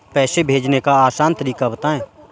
पैसे भेजने का आसान तरीका बताए?